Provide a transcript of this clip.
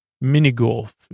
mini-golf